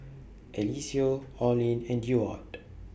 Eliseo Orlin and Deward